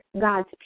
God's